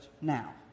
now